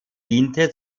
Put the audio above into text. diente